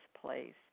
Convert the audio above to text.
place